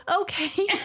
okay